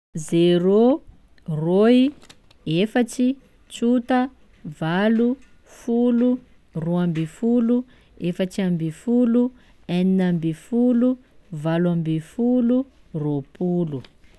Zero, roy, efatsy, tsota valo, folo, roa ambifolo, efatsy ambifolo, enina ambifolo, valo ambifolo, roa-polo.